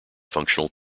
functional